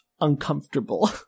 uncomfortable